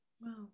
Wow